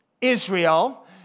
Israel